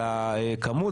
על הכמות,